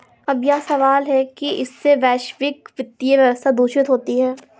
अब सवाल यह है कि क्या इससे वैश्विक वित्तीय व्यवस्था दूषित होती है